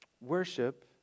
Worship